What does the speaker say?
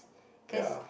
ya